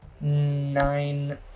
nine